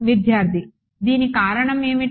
విద్యార్థి దీని కారణం ఏమిటి